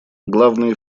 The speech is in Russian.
главные